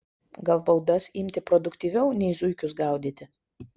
gal baudas imti produktyviau nei zuikius gaudyti